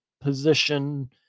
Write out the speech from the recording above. position